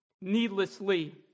needlessly